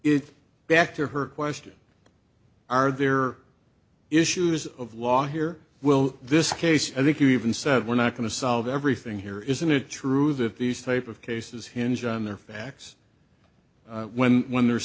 is back to her question are there issues of law here well this case i think you even said we're not going to solve everything here isn't it true that these type of cases hinge on their facts when when the